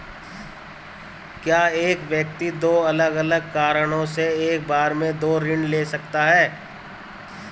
क्या एक व्यक्ति दो अलग अलग कारणों से एक बार में दो ऋण ले सकता है?